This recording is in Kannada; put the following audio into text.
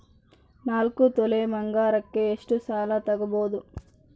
ನಾಲ್ಕು ತೊಲಿ ಬಂಗಾರಕ್ಕೆ ಎಷ್ಟು ಸಾಲ ತಗಬೋದು?